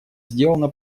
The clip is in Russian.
сделано